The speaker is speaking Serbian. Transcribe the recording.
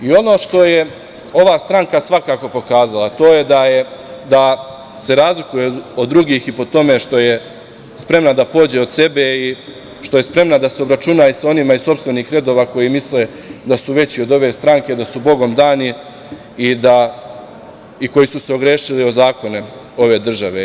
I ono što je ova stranka svakako pokazala, a to je da se razlikuje od drugih i po tome što je spremna da pođe od sebe i što je spremna da se obračuna i sa onima iz sopstvenih redova koji misle da su veći od ove stranke, da su bogom dani i koji su se ogrešili o zakone ove države.